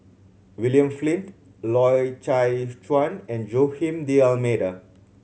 William Flint Loy Chye Chuan and Joaquim D'Almeida